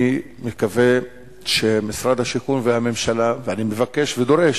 אני מקווה שמשרד השיכון והממשלה, ואני מבקש ודורש,